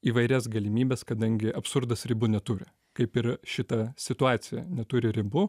įvairias galimybes kadangi absurdas ribų neturi kaip ir šita situacija neturi ribų